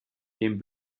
den